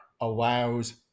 allows